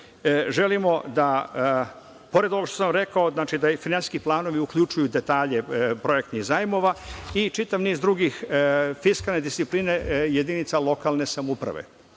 Želimo da, pored ovoga što sam rekao, finansijski planovi uključuju detalje projektnih zajmova i čitav niz drugih fiskalnih disciplina jedinica lokalne samouprave.